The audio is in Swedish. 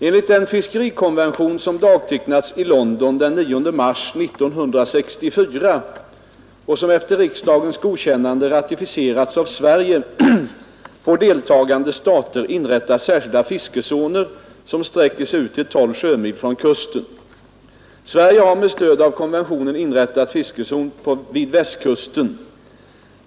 Enligt den fiskerikonvention som dagtecknats i London den 9 mars 1964 och som efter riksdagens godkännande ratificerats av Sverige får deltagande stater inrätta särskilda fiskezoner som sträcker sig ut till 12 sjömil från kusten. Sverige har med stöd av konventionen inrättat fiskezon vid Västkusten.